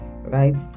right